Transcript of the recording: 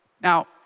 Now